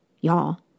y'all